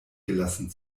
gelassen